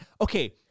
Okay